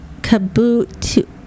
Kaboot